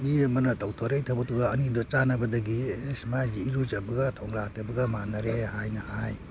ꯃꯤ ꯑꯃꯅ ꯇꯧꯊꯣꯛꯔꯛꯏ ꯊꯕꯛꯇꯨꯒ ꯑꯅꯤꯗꯣ ꯆꯥꯟꯅꯕꯗꯒꯤ ꯏꯁ ꯃꯥꯏꯁꯦ ꯏꯔꯨꯖꯕꯒ ꯊꯣꯡꯒ꯭ꯔꯥ ꯇꯦꯛꯄꯒ ꯃꯥꯟꯅꯔꯦ ꯍꯥꯏꯅ ꯍꯥꯏ